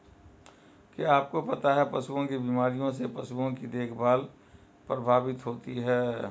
क्या आपको पता है पशुओं की बीमारियों से पशुओं की देखभाल प्रभावित होती है?